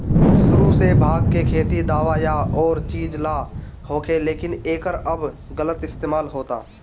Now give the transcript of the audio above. सुरु से भाँग के खेती दावा या अउरी चीज ला होखे, लेकिन एकर अब गलत इस्तेमाल होता